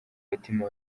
umutima